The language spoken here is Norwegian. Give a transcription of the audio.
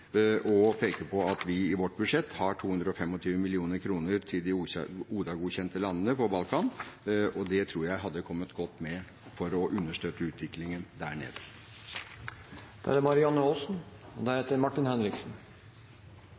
og peke på at vi i vårt budsjett har 225 mill. kr til de ODA-godkjente landene på Balkan – det tror jeg hadde kommet godt med for å understøtte utviklingen der. Jeg vil snakke om europapolitikk, og